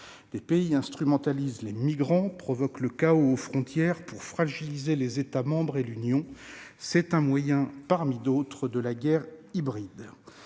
Les pays instrumentalisent les migrants, provoquent le chaos aux frontières pour fragiliser les États membres et l'Union européenne. C'est un moyen, parmi d'autres, de la guerre hybride.